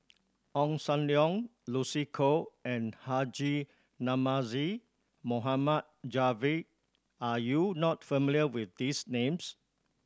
Ong Sam Leong Lucy Koh and Haji Namazie Mohd Javad are you not familiar with these names